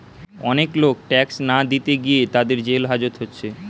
অনেক লোক ট্যাক্স না দিতে গিয়ে তাদের জেল হাজত হচ্ছে